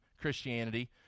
Christianity